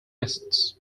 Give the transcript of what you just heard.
assets